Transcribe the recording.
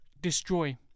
destroy